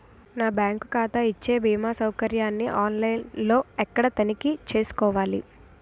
నా బ్యాంకు ఖాతా ఇచ్చే భీమా సౌకర్యాన్ని ఆన్ లైన్ లో ఎక్కడ తనిఖీ చేసుకోవాలి?